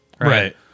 Right